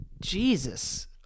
Jesus